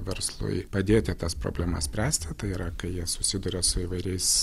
verslui padėti tas problemas spręsti tai yra kai jie susiduria su įvairiais